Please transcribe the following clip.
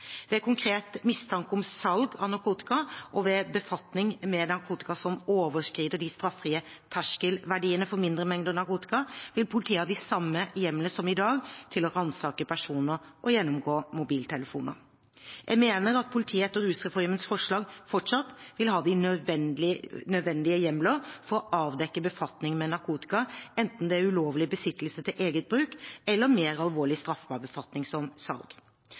Ved konkret mistanke om salg av narkotika og ved befatning med narkotika som overskrider de straffrie terskelverdiene for mindre mengder narkotika, vil politiet ha de samme hjemlene som i dag til å ransake personer og gjennomgå mobiltelefoner. Jeg mener at politiet etter rusreformens forslag fortsatt vil ha de nødvendige hjemler til å avdekke befatning med narkotika, enten det er ulovlig besittelse til eget bruk eller mer alvorlig straffbar befatning som salg.